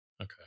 Okay